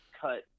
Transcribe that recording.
cut